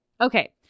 Okay